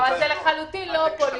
לא, זה לחלוטין לא פוליטי.